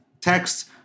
texts